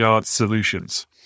Solutions